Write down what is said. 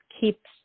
keeps